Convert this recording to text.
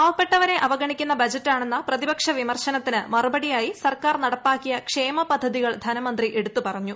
പാവപ്പെട്ടവരെ അഗവണിക്കുന്ന ബജറ്റാണെന്ന പ്രതിപക്ഷ വിമർശനത്തിന് മറുപടിയായി സർക്കാർ നടപ്പാക്കിയ ക്ഷേമ പദ്ധതികൾ ധനമന്ത്രി എടുത്തു പറഞ്ഞു